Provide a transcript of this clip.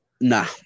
nah